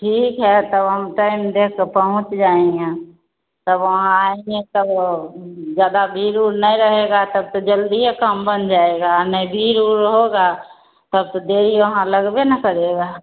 ठीक है तब हम टाइम देकर पहुँच जाएँगे तब वहाँ आएँगे तब ज़्यादा भीड़ उड़ नहीं रहेगी तब तो जल्दिए काम बन जाएगा नहीं भीड़ उड़ होगी तब तो देरी वहाँ लगबे ना करेगी